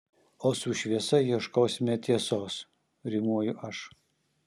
o su šviesa ieškosime tiesos rimuoju aš